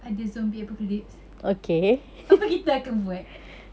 ada zombie apocalypse apa kita akan buat